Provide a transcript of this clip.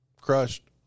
Crushed